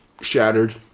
shattered